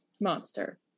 monster